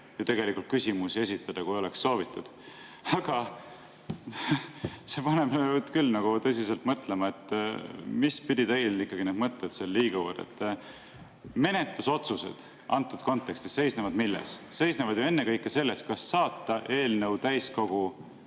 ju saanud küsimusi esitada, kui oleks soovitud. See paneb nüüd küll tõsiselt mõtlema, et mispidi teil need mõtted liiguvad. Menetlusotsused antud kontekstis seisnevad milles? Seisnevad ju ennekõike selles, kas saata eelnõu täiskogule